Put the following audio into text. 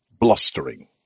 blustering